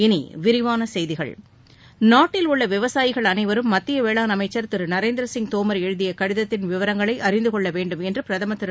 இனி விரிவான செய்திகள் நாட்டில் உள்ள விவசாயிகள் அனைவரும் மத்திய வேளாண் அமைச்சர் திரு நரேந்திர சிங் தோமர் எழுதிய கடிதத்தின் விவரங்களை அறிந்து கொள்ள வேண்டும் என்று பிரதமர் திரு